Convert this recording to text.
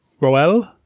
Roel